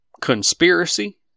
Conspiracy